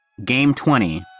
game twenty.